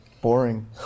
boring